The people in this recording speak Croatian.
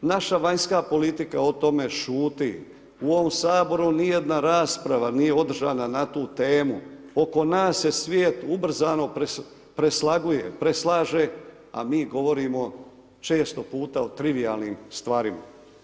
Naša vanjska politika o tome šuti, u ovom Saboru nijedna rasprava nije održana na tu temu, oko nas se svijet ubrzano preslaguje, preslaže, a mi govorimo često puta o trivijalnim stvarima.